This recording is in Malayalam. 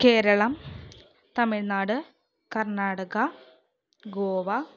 കേരളം തമിഴ്നാട് കർണാടക ഗോവ